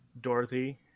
Dorothy